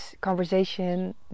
conversation